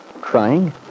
Crying